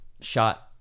shot